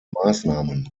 maßnahmen